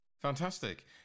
Fantastic